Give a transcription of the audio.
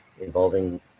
involving